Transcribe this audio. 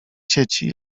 sieci